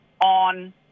on